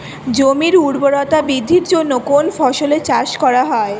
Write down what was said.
জমির উর্বরতা বৃদ্ধির জন্য কোন ফসলের চাষ করা হয়?